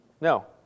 No